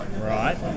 Right